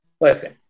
Listen